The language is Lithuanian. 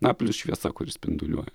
na plius šviesa kuri spinduliuoja